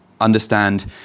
Understand